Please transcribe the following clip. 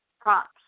props